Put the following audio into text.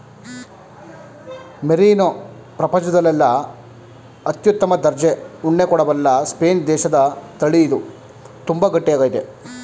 merino ಪ್ರಪಂಚದಲ್ಲೆಲ್ಲ ಅತ್ಯುತ್ತಮ ದರ್ಜೆ ಉಣ್ಣೆ ಕೊಡಬಲ್ಲ ಸ್ಪೇನ್ ದೇಶದತಳಿ ಇದು ತುಂಬಾ ಗಟ್ಟಿ ಆಗೈತೆ